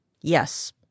Yes